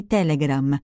Telegram